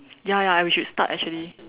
ya ya we should start actually